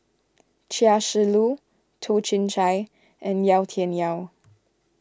Chia Shi Lu Toh Chin Chye and Yau Tian Yau